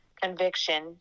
conviction